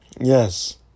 Yes